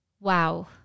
Wow